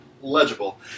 legible